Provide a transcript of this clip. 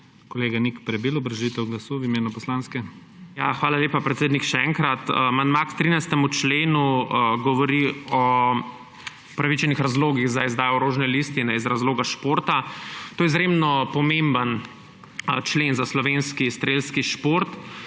Kolega Nik Prebil, obrazložitev glasu v imenu poslanske. NIK PREBIL (PS LMŠ): Hvala lepa, predsednik, še enkrat. Amandma k 13. členu govori o upravičenih razlogih za izdajo orožne listine iz razloga športa. To je izredno pomemben člen za slovenski strelski šport,